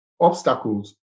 obstacles